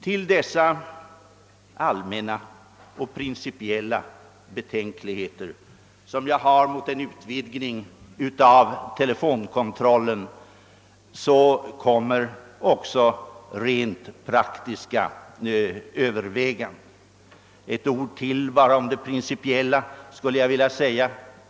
Till de allmänna och principiella betänkligheter jag har mot en utvidgning mot telefonkontrollen kommer också rent praktiska överväganden. Jag skulle dock vilja säga några ytterligare ord om det principiella.